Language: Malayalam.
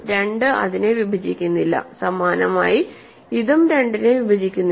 2 ഇതിനെ വിഭജിക്കുന്നില്ല സമാനമായി ഇതും 2 നെ വിഭജിക്കുന്നില്ല